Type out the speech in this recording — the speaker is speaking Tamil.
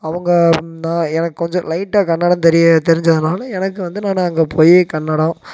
அவங்க நான் எனக்கு கொஞ்சம் லைட்டா கன்னடம் தெரியும் தெரிஞ்சதுனால் எனக்கு வந்து நானு அங்கே போய் கன்னடம்